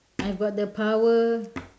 I've got the power